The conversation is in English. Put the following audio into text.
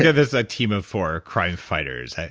yeah this ah team of four crime fighters,